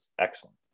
excellent